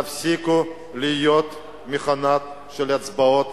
תפסיקו להיות מכונה של הצבעות,